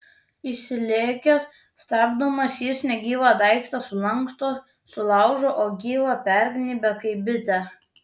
įsilėkęs stabdomas jis negyvą daiktą sulanksto sulaužo o gyvą pergnybia kaip bitę